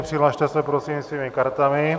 Přihlaste se, prosím, svými kartami.